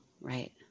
Right